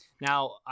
Now